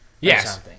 Yes